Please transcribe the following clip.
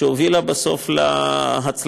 שהובילה בסוף להצלחה.